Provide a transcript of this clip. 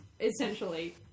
essentially